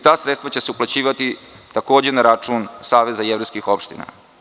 Ta sredstva će se uplaćivati takođe na račun Saveza jevrejskih opština.